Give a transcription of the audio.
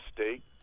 State